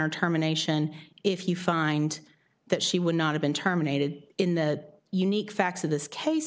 or terminations if you find that she would not have been terminated in the unique facts of this case